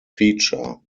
feature